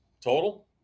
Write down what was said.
total